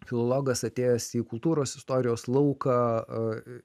filologas atėjęs į kultūros istorijos lauką